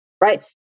right